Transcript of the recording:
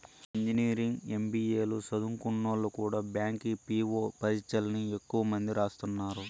engineering, MBA లు సదుంకున్నోల్లు కూడా బ్యాంకి పీ.వో పరీచ్చల్ని ఎక్కువ మంది రాస్తున్నారు